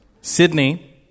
Sydney